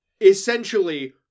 essentially